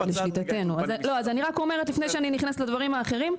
אז אני רק אומרת לפני שאני נכנסת לדברים האחרים,